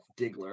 Diggler